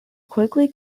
quickly